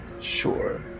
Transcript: Sure